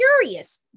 furious